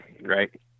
right